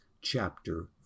chapter